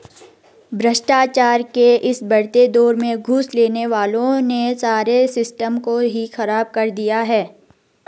भ्रष्टाचार के इस बढ़ते दौर में घूस लेने वालों ने सारे सिस्टम को ही खराब कर दिया है